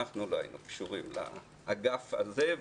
אנחנו לא היינו קשורים לאגף הזה,